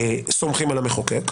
סומכים על המחוקק.